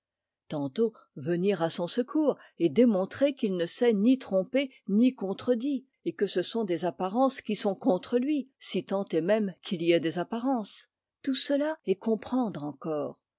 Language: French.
tantôt venir à son secours et démontrer qu'il ne s'est ni trompé ni contredit et que ce sont des apparences qui sont contre lui si tant est même qu'il y ait des apparences tout cela est comprendre encore